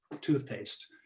toothpaste